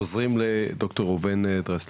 חוזרים לדוקטור ראובן דרסלר.